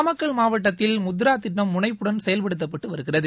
நாமக்கல் மாவட்டத்தில் முத்ரா திட்டம் முனைப்புடன் செயல்படுத்தப்பட்டு வருகிறது